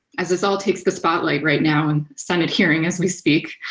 as this all takes the spotlight right now, and senate hearing as we speak,